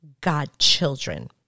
godchildren